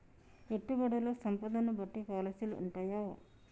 పెట్టుబడుల్లో సంపదను బట్టి పాలసీలు ఉంటయా?